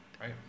right